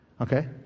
Okay